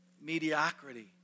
mediocrity